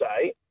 say